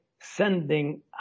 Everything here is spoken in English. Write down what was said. sending